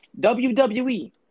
WWE